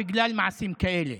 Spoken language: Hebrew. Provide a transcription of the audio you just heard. בגלל מעשים כאלה